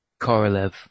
Korolev